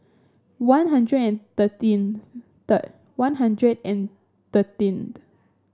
One Hundred and thirteen third One Hundred and thirteenth